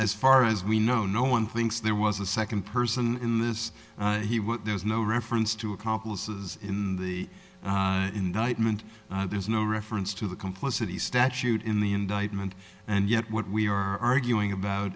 as far as we know no one thinks there was a second person in this he what there is no reference to accomplices in the indictment there's no reference to the complicity statute in the indictment and yet what we are arguing about